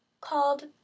called